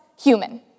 human